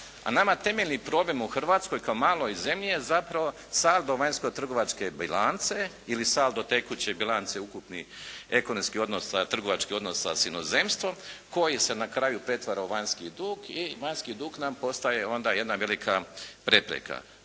A nama temeljni problem u Hrvatskoj kao maloj zemlji je zapravo saldo vanjsko-trgovačke bilance ili saldo tekuće bilance ukupni ekonomski odnos, trgovački odnos sa inozemstvom koji se na kraju pretvara u vanjski dug i vanjski dug nam postaje onda jedna velika prepreka.